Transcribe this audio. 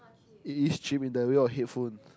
it is cheap in that way of headphone